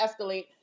escalate